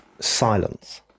silence